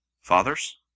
Fathers